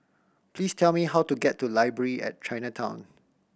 please tell me how to get to Library at Chinatown